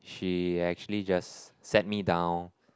she actually just set me down